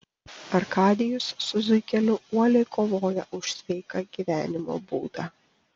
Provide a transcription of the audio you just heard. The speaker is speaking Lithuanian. arkadijus su zuikeliu uoliai kovoja už sveiką gyvenimo būdą